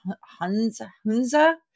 Hunza